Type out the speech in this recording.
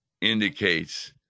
indicates